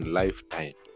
lifetime